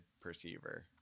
perceiver